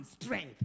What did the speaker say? strength